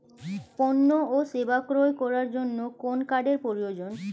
পণ্য ও সেবা ক্রয় করার জন্য কোন কার্ডের প্রয়োজন?